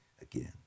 again